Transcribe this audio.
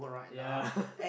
ya